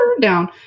down